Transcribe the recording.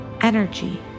energy